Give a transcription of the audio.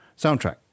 soundtrack